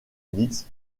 liszt